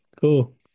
cool